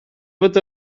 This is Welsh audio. fod